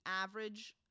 average